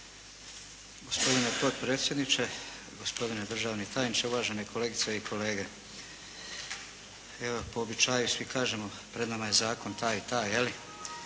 Gospodine potpredsjedniče, gospodine državni tajniče, uvažene kolegice i kolega. Evo, po običaju svi kažemo pred nama je zakon taj i taj.